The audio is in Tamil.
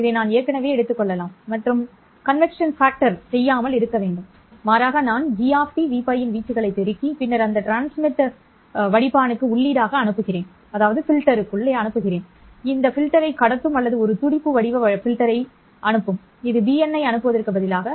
இதை நான் ஏற்கனவே எடுத்துக்கொள்ளலாம் மற்றும் வெப்பச்சலன காரணி செய்யாமல் இருக்க வேண்டும் மாறாக நான் g Vπ இன் வீச்சுகளை பெருக்கி பின்னர் அந்த டிரான்ஸ்மிட் வடிப்பானுக்கு உள்ளீடாக அனுப்புகிறேன் இது வடிகட்டியை கடத்தும் அல்லது ஒரு துடிப்பு வடிவ வடிகட்டியை அனுப்பும் இது bn ஐ அனுப்புவதற்கு பதிலாக